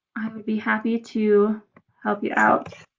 i would be happy to help you out.